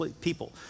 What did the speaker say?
people